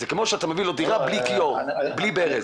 זה כמו שאתה מביא לו דירה בלי כיור, בלי ברז.